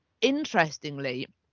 interestingly